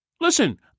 Listen